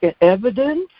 evidence